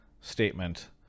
statement